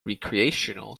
recreational